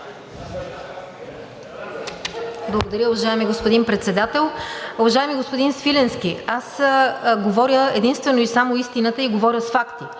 Благодаря. Уважаеми господин Председател, уважаеми господин Свиленски! Аз говоря единствено и само истината и говоря с факти.